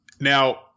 Now